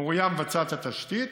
מוריה מבצעת את התשתית,